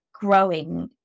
growing